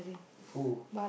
who